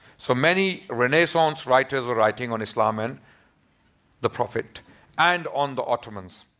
so many renaissance writers were writing on islam and the prophet and on the ottomans.